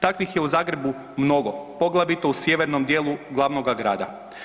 Takvih je u Zagrebu mnogo, poglavito u sjevernom dijelu glavnoga grada.